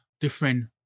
different